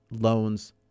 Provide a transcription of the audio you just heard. loans